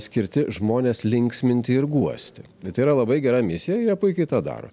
skirti žmones linksminti ir guosti ir tai yra labai gera misija ir jie puikiai tą daro